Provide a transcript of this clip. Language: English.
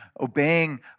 obeying